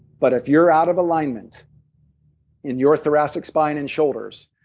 but if you're out of alignment in your thoracic spine and shoulders,